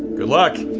good luck!